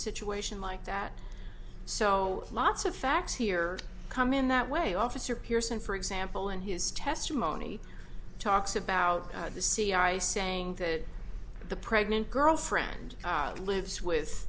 situation like that so lots of facts here come in that way officer pearson for example in his testimony talks about the cia saying that the pregnant girlfriend lives with